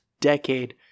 decade